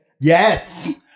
yes